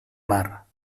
mar